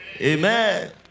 Amen